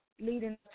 leading